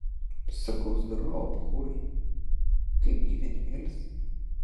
sakau zdarova bachūrai kaip gyvenimėlis